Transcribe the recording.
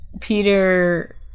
Peter